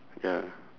ya